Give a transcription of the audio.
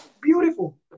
Beautiful